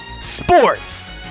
Sports